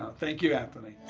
thank you anthony.